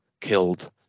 killed